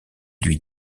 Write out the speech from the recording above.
lui